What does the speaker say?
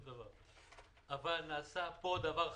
אבל נעשה כאן דבר חמור.